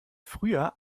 früher